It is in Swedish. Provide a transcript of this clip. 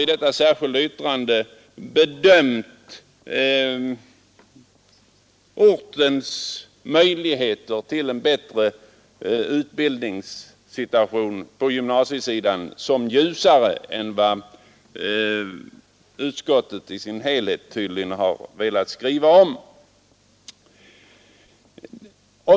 I detta har vi bedömt ortens möjligheter till en bättre utbildningssituation på gymnasiesidan som ljusare än vad utskottet i sin helhet tydligen har velat skriva om.